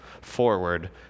forward